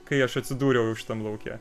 kai aš atsidūriau tam lauke